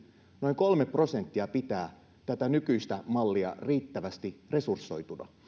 noin kolme prosenttia pitää tätä nykyistä mallia riittävästi resursoituna